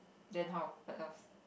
then how what else